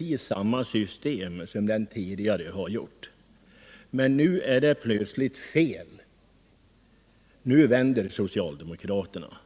med samma system som den tidigare. Då var det rätt, men nu är det plötsligt fel — nu vänder socialdemokraterna.